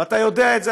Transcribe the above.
ואתה יודע את זה,